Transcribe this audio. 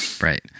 Right